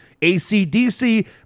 ACDC